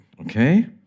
okay